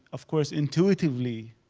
of course intuitively